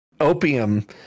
opium